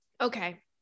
okay